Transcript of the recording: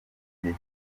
igihe